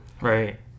Right